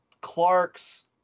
clark's